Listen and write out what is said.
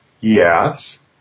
Yes